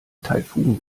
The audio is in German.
taifun